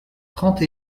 trente